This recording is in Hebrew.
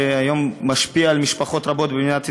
שהיום משפיע על משפחות רבות במדינת ישראל.